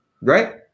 Right